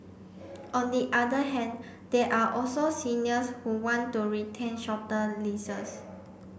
on the other hand there are also seniors who want to retain shorter leases